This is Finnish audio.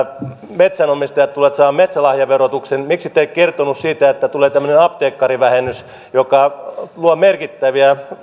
metsänomistajat tulevat saamaan metsälahjaverotuksen miksi te ette kertonut siitä että tulee tämmöinen apteekkarivähennys joka luo merkittäviä